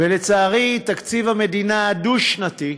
ולצערי, תקציב המדינה הדו-שנתי,